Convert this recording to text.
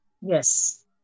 Yes